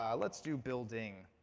um let's do building.